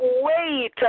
wait